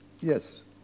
Yes